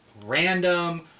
random